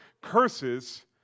curses